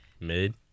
mid